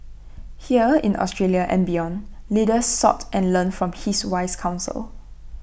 here in Australia and beyond leaders sought and learned from his wise counsel